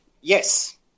Yes